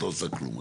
לא עושה כלום.